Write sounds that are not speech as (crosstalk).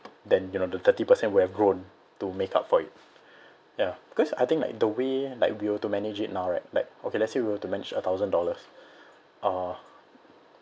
then you know the thirty percent would have grown to make up for it ya because I think like the way like we were to manage it now right like okay let's say we have to manage a thousand dollars (breath) uh